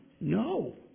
No